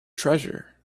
treasure